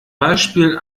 beispiel